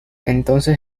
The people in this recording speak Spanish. entonces